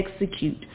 execute